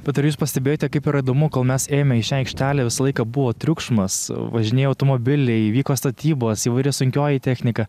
bet ar jūs pastebėjote kaip yra įdomu kol mes ėjome į šią aikštelę visą laiką buvo triukšmas važinėjo automobiliai vyko statybos įvairi sunkioji technika